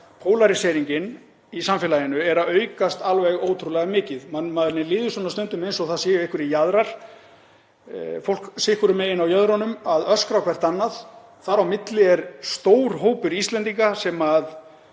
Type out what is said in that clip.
að pólaríseringin í samfélaginu er að aukast alveg ótrúlega mikið. Manni líður stundum eins og það séu einhverjir jaðrar, fólk sitt hvorum megin á jöðrunum að öskra hvert annað, þar á milli er stór hópur Íslendinga sem